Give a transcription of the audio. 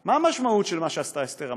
מה המשמעות של מה שעשתה אסתר המלכה?